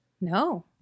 No